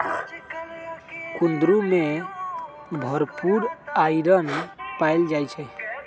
कुंदरू में भरपूर आईरन पाएल जाई छई